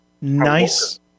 nice